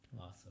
Awesome